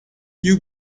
you